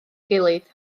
gilydd